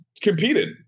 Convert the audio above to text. competed